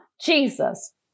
Jesus